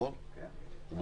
שניים בעד.